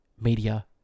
media